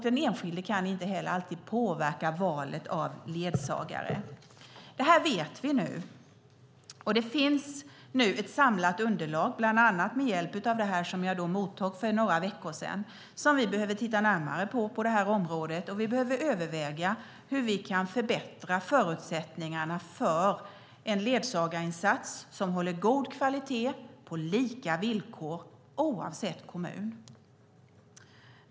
Den enskilde kan inte heller alltid påverka valet av ledsagare. Detta vet vi, och det finns nu ett samlat underlag inklusive den lägesrapport som jag mottog för några veckor sedan som vi behöver titta närmare på. Vi behöver överväga hur vi kan förbättra förutsättningarna för en ledsagarinsats som håller god kvalitet på lika villkor oavsett kommun.